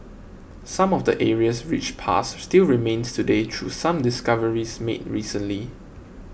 some of the area's rich past still remains today through some discoveries made recently